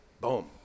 boom